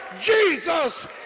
Jesus